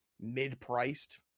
mid-priced